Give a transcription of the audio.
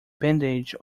bandage